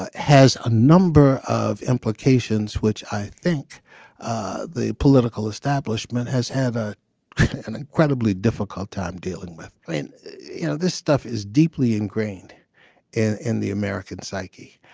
ah has a number of implications which i think ah the political establishment has had ah an incredibly difficult time dealing with. you know this stuff is deeply ingrained in in the american psyche.